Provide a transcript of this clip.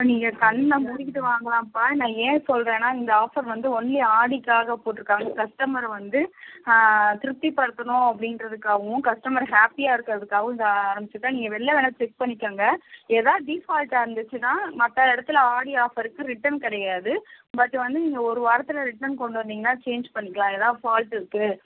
நீங்கள் கண்ணை மூடிக்கிட்டு வாங்கலாம்ப்பா நான் ஏன் சொல்கிறேன்னா இந்த ஆஃபர் வந்து ஒன்லி ஆடிக்காக போட்டுருக்காங்க கஸ்டமர் வந்து திருப்த்தி படுத்தணும் அப்டின்றதுக்காகவும் கஸ்டமர் ஹேப்பியாக இருக்கிறதுக்காகவும் இதை ஆரம்பிச்சது தான் நீங்கள் வெளியில் வேணுணா செக் பண்ணிக்கோங்க எதாவது டீஃபால்ட்டாக இருந்துச்சின்னா மற்ற இடத்துல ஆடி ஆஃபருக்கு ரிட்டன் கிடையாது பட் வந்து நீங்கள் ஒரு வாரத்தில் ரிட்டன் கொண்டு வந்திங்கன்னா சேஞ்ச் பண்ணிக்கலாம் எதாவது ஃபால்ட்டு இருக்குது